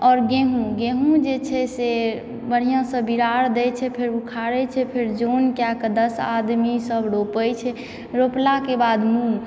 आओर गेहूँ गेहूँ जे छै से बढ़िआँसँ बिरार दैत छै फेर ऊखारैत छै फेर जन कएक दश आदमीसभ रोपैत छै रोपलाके बाद मूँग